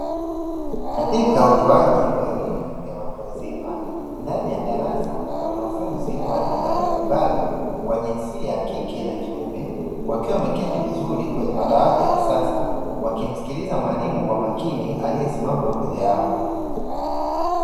Katika utoaji wa elimu ya watu wazima ndani ya darasa, kuna wanafunzi wa rika mbalimbali wa jinsia ya kike na kiume, wakiwa wameketi vizuri kwenye madawati ya kisasa, wakimsikiliza mwalimu kwa makini aliyesimama mbele yao.